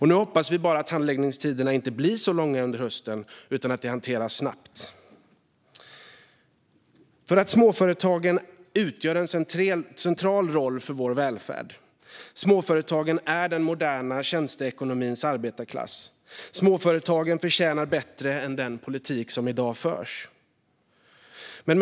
Nu hoppas vi bara att handläggningstiderna inte blir så långa under hösten utan att det här hanteras snabbt. Småföretagen utgör nämligen en central roll för vår välfärd. Småföretagen är den moderna tjänstekonomins arbetarklass. Småföretagen förtjänar bättre än den politik som förs i dag.